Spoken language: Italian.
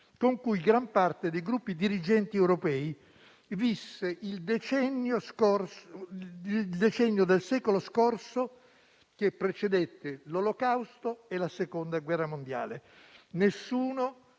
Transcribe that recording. con cui gran parte dei gruppi dirigenti europei visse il decennio del secolo scorso che precedette l'Olocausto e la Seconda guerra mondiale. Nessuno